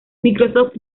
microsoft